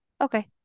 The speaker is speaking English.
Okay